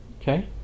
Okay